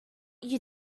you